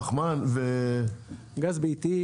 גז ביתי,